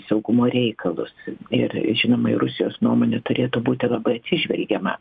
saugumo reikalus ir žinoma į rusijos nuomonę turėtų būti labai atsižvelgiama